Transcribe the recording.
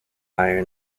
iron